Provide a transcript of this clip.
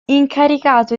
incaricato